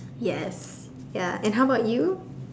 yes ya and how about you